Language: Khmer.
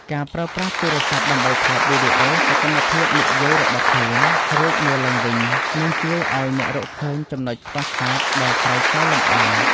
ការប្រើប្រាស់ទូរស័ព្ទដើម្បីថតវីដេអូសកម្មភាពនិយាយរបស់ខ្លួន រួចមើលឡើងវិញ នឹងជួយឱ្យអ្នករកឃើញចំណុចខ្វះខាតដែលត្រូវកែលម្អ។